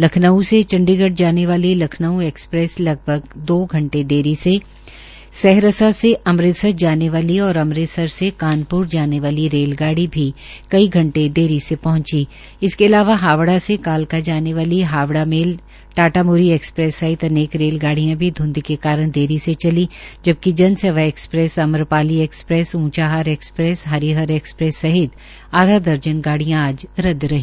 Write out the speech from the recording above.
लखनऊ से चंडीगढ़ जाने वाली लखनऊ एक्सप्रेस लगभग दो घंटे देरी से सहरसा से अमृतसर जाने वाली और अमृतसर से कानप्र जाने वाली रेल गाड़ी भी कई घंटे देरी से पहंची इसके अलावा हावड़ा से कालका जाने वाली हावड़ा मेल टाटा प्री एक्सप्रेस सहित अनेक रेलगाडिय़ां भी धंध के कारण देरी से चली जबकि जन सेवा एक्सप्रेस हरीहर एक्सप्रेस सहित आधा दर्जन गाडिय़ां आज भी रद्द रही